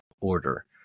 order